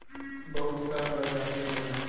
बहुत सा प्रजाति होला